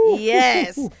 Yes